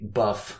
buff